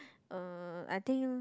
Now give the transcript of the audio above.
uh I think